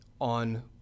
on